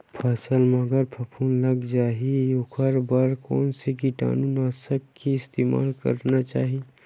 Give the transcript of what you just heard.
फसल म अगर फफूंद लग जा ही ओखर बर कोन से कीटानु नाशक के इस्तेमाल करना चाहि?